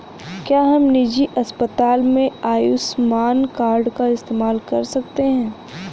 क्या हम निजी अस्पताल में आयुष्मान कार्ड का इस्तेमाल कर सकते हैं?